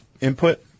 input